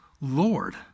Lord